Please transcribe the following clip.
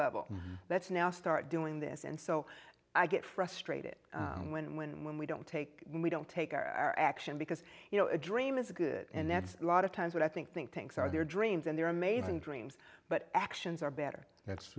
level that's now start doing this and so i get frustrated when when when we don't take we don't take our action because you know a dream is a good and that's a lot of times what i think think tanks are their dreams and they're amazing dreams but actions are better